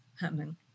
happening